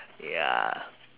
ya